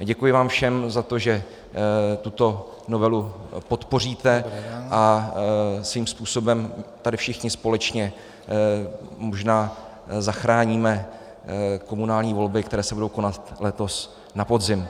Děkuji vám všem za to, že tuto novelu podpoříte a svým způsobem tady všichni společně možná zachráníme komunální volby, které se budou konat letos na podzim.